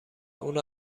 اونو